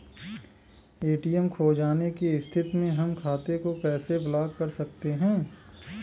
ATM खो जाने की स्थिति में हम खाते को कैसे ब्लॉक कर सकते हैं?